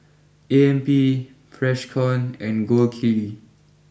A M P Freshkon and Gold Kili